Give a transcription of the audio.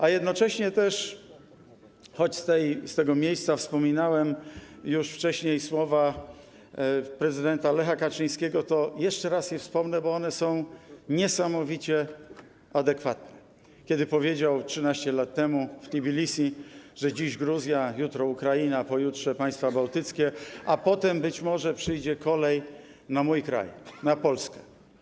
A jednocześnie też, choć z tego miejsca wspominałem już wcześniej słowa prezydenta Lecha Kaczyńskiego, to jeszcze raz je wspomnę, bo one są niesamowicie adekwatne, kiedy powiedział 13 lat temu w Tbilisi: „Dziś Gruzja, jutro Ukraina, pojutrze państwa bałtyckie, a później może i czas na mój kraj, na Polskę”